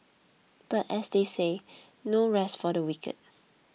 but as they say no rest for the wicked